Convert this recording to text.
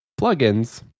plugins